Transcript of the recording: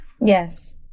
Yes